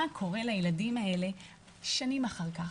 מה קורה לילדים האלה שנים אחר כך,